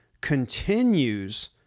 continues